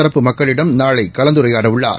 தரப்பு மக்களிடம் நாளை கலந்துரையாடவுள்ளார்